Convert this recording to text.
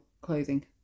clothing